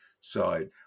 side